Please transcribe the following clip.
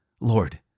Lord